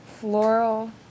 floral